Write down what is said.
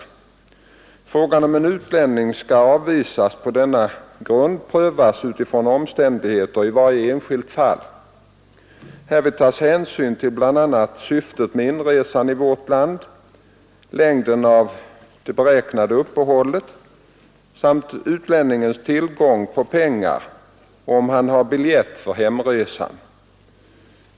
Frågan om en utlänning skall avvisas på denna grund prövas utifrån omständigheterna i varje enskilt fall. Härvid tas hänsyn till bl.a. syftet med inresan i vårt land, längden av det beräknade uppehållet samt utlänningens tillgång på pengar och om han har biljett för hemresan.